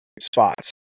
spots